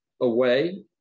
away